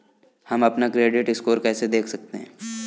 हम अपना credit score कैसे देख सकते हैं?